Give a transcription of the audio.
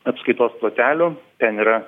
apskaitos plotelių ten yra